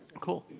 cool,